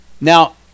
Now